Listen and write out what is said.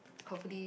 hopefully